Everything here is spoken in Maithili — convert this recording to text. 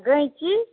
गैंची